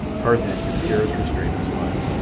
tarzan could scarce restrain a smile.